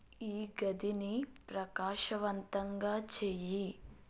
ఈ గదిని ప్రకాశవంతంగా చెయ్యి